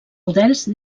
models